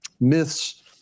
myths